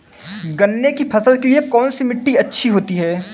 गन्ने की फसल के लिए कौनसी मिट्टी अच्छी होती है?